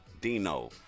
Dino